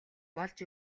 болж